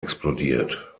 explodiert